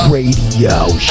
Radio